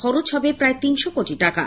খরচ হবে প্রায় তিনশ কোটি টাকা